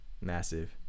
Massive